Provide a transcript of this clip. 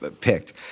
picked